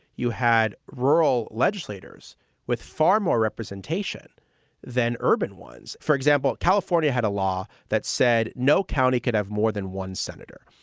you had rural legislators with far more representation than urban ones. for example, california had a law that said no county could have more than one senator.